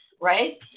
Right